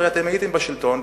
הרי אתם הייתם בשלטון,